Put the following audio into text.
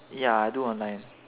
ya I do online